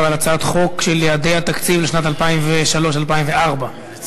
על הצעת חוק של יעדי התקציב לשנים 2004-2003. בצלאל,